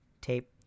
tape